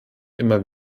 immer